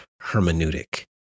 hermeneutic